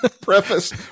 preface